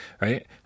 right